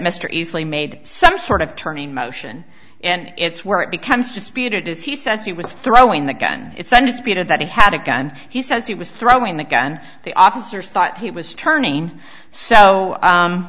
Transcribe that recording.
mr easley made some sort of turning motion and it's where it becomes disputed is he says he was throwing the gun it's undisputed that he had a gun he says he was throwing the gun the officers thought he was turning so